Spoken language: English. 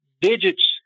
digits